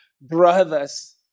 Brothers